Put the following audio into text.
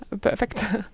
perfect